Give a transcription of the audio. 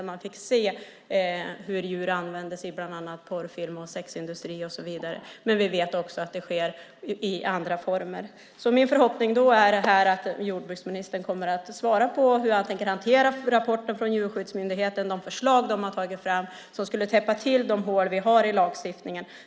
Vi kunde se hur djur används i porrfilmer, sexindustri och så vidare. Men vi vet att det sker också i andra former. Min förhoppning är att jordbruksministern kommer att svara på hur han tänker hantera rapporten från Djurskyddsmyndigheten och de förslag som har tagits fram och som skulle innebära att man kan täppa till de hål vi har i lagstiftningen.